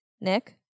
Nick